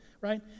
right